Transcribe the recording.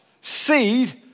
seed